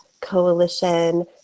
coalition